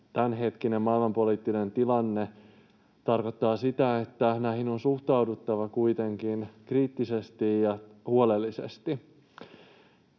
tämänhetkinen maailmanpoliittinen tilanne tarkoittaa sitä, että näihin on suhtauduttava kuitenkin kriittisesti ja huolellisesti.